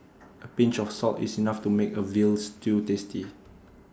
A pinch of salt is enough to make A Veal Stew tasty